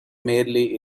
merely